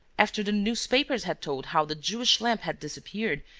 after the newspapers had told how the jewish lamp had disappeared,